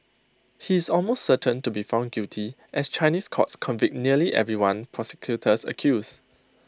he is almost certain to be found guilty as Chinese courts convict nearly everyone prosecutors accuse